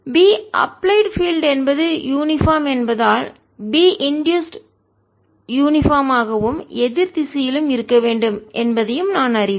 B applied field என்பது uniform சீரானது என்பதால் B இன்டூசுடு தூண்டுதல் யூனிபார்ம்சீரானது ஆகவும் எதிர் திசையிலும் இருக்க வேண்டும் என்பதையும் நான் அறிவேன்